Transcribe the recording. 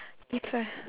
differe~